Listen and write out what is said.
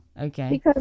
Okay